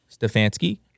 Stefanski